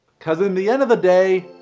cause in the end of the day.